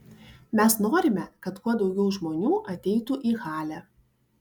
mes norime kad kuo daugiau žmonių ateitų į halę